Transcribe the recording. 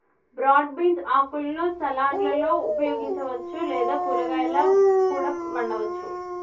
broad beans ఆకులను సలాడ్లలో ఉపయోగించవచ్చు లేదా కూరగాయాలా కూడా వండవచ్చు